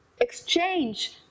Exchange